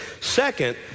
Second